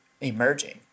emerging